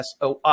SOI